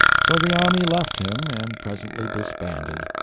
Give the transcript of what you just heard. so the army left him, and presently disbanded.